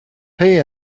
pay